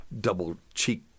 double-cheek